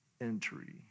entry